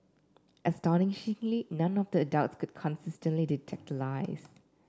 astonishingly none of the adults could consistently detect the lies